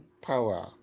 power